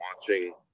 watching